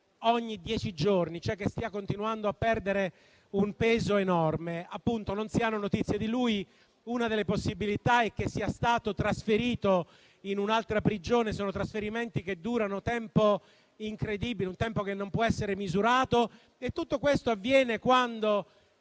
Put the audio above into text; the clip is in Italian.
ogni dieci giorni e stia continuando a perdere un peso enorme. Non si hanno notizie di lui. Una delle possibilità è che sia stato trasferito in un'altra prigione. Sono trasferimenti che durano un tempo incredibile, che non può essere misurato, e tutto questo avviene quando